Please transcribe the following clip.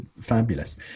fabulous